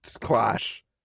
Clash